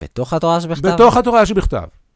בתוך התורה שבכתב? בתוך התורה שבכתב.